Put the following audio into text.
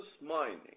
mining